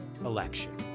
election